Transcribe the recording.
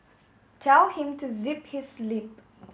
tell him to zip his lip